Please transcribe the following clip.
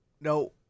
no